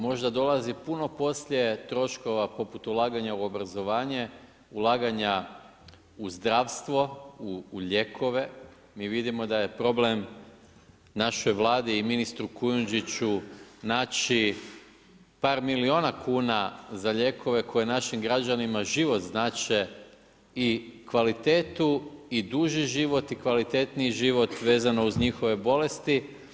Možda dolazi puno poslije troškova poput ulaganja u obrazovanje, ulaganja u zdravstvo u lijekove, mi vidimo da je problem naše Vlade i ministru Kujundžiću naći par milijuna kuna za lijekove koje našim građanima život znače i kvalitetu i duži život i kvalitetniji život, vezano uz njihove bolesti.